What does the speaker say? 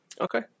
Okay